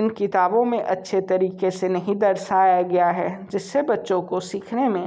इन किताबों में अच्छे तरीक़े से नहीं दर्शाया गया है जिस से बच्चों को सीखने में